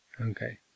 Okay